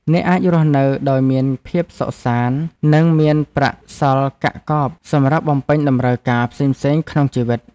អ្នកអាចរស់នៅដោយមានភាពសុខសាន្តនិងមានប្រាក់សល់កាក់កបសម្រាប់បំពេញតម្រូវការផ្សេងៗក្នុងជីវិត។